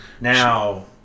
Now